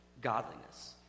godliness